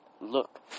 Look